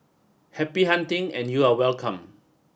happy hunting and you are welcome